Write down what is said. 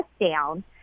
down